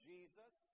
Jesus